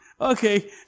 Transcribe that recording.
Okay